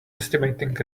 estimating